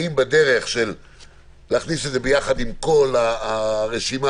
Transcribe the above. האם בדרך להכניס ביחד עם כל הרשימה,